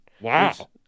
Wow